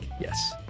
Yes